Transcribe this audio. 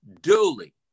Duly